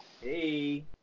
Hey